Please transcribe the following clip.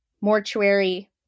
mortuary